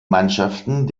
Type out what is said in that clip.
mannschaften